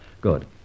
Good